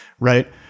Right